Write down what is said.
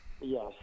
yes